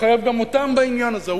לחייב גם אותן בעניין הזה,